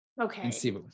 Okay